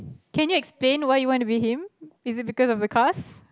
can you explain why you want to be him is it because of a class